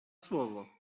słowo